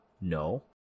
No